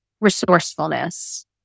resourcefulness